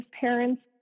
parents